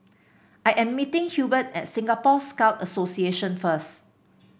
I am meeting Hubert at Singapore Scout Association first